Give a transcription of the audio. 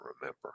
remember